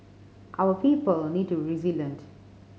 our people need to resilient